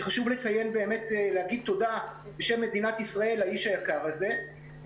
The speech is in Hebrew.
וחשוב להגיד תודה בשם מדינת ישראל לאיש היקר הזה,